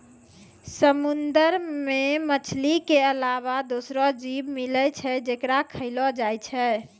समुंदर मे मछली के अलावा दोसरो जीव मिलै छै जेकरा खयलो जाय छै